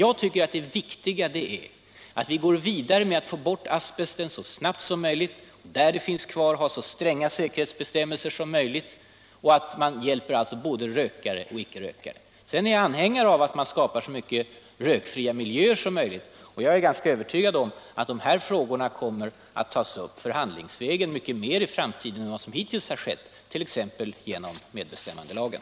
Jag tycker att det viktiga är att vi går vidare med arbetet att så snabbt som möjligt få bort asbesten, att där den finns kvar ha så stränga säkerhetsbestämmelser som möjligt och att hjälpa både rökare och icke rökare. Sedan är jag anhängare av att skapa så många rökfria miljöer som möjligt. Jag är ganska övertygad om att dessa frågor kommer att tas upp förhandlingsvägen mycket mer i framtiden än vad som hittills har skett, t.ex. genom medbestämmandelagen.